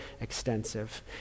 extensive